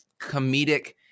comedic